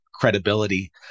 credibility